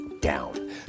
down